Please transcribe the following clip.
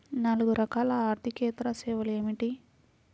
నాలుగు రకాల ఆర్థికేతర సేవలు ఏమిటీ?